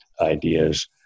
ideas